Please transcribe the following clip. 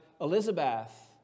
Elizabeth